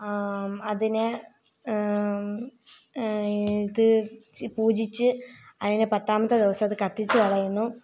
അതിനെ ഇത് പൂജിച്ച് അതിനെ പത്താമത്തെ ദിവസം അത് കത്തിച്ച് കളയുന്നു